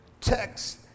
text